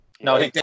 No